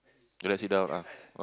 you like then sit down ah